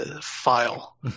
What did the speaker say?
file